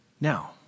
Now